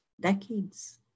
decades